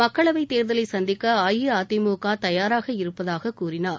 மக்களவை தேர்தலை சந்திக்க அஇஅதிமுக தயாராக இருப்பதாக கூறினார்